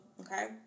okay